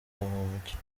mucyo